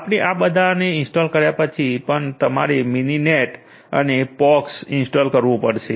આપણે આ બધાને ઇન્સ્ટોલ કર્યા પછી પણ તમારે મિનિનેટ અને પોક્સ ઇન્સ્ટોલ કરવું પડશે